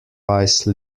wise